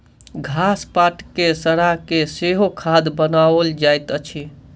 घास पात के सड़ा के सेहो खाद बनाओल जाइत अछि